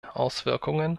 auswirkungen